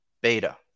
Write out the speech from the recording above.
beta